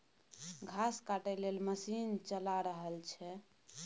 घास काटय लेल मशीन चला रहल छै